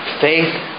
faith